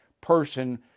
person